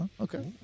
Okay